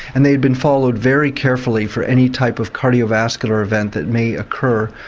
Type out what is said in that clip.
and they have been followed very carefully for any type of cardiovascular event that may occur.